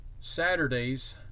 Saturday's